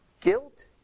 guilt